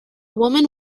woman